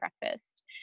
breakfast